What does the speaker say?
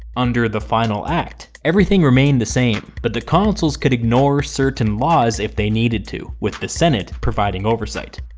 under the final act, everything remained the same, but the consuls could ignore certain laws if they need to, with the senate providing oversight.